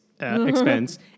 Expense